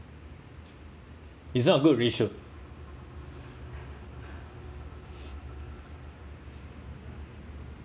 is it a good we should